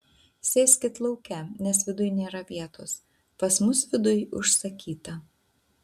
sėskit lauke nes viduj nėra vietos pas mus viduj užsakyta